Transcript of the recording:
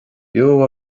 beo